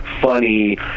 funny